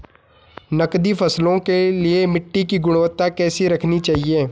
नकदी फसलों के लिए मिट्टी की गुणवत्ता कैसी रखनी चाहिए?